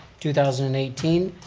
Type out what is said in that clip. two thousand and eighteen,